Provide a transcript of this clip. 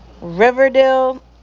Riverdale